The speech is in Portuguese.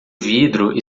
vidro